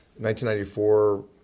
1994